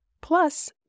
plus